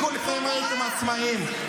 כולכם הייתם עצמאים.